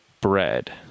bread